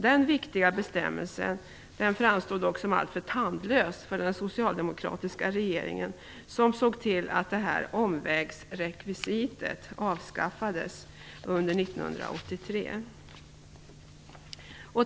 Den viktiga bestämmelsen framstod dock som alltför tandlös för den socialdemokratiska regeringen som såg till att omvägsrekvisitet avskaffades under 1983.